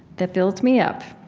that builds me up,